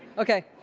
okay.